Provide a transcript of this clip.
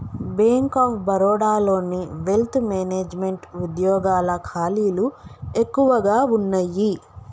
bank of బరోడాలోని wealth management వుద్యోగాల ఖాళీలు ఎక్కువగా వున్నయ్యి